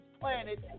planet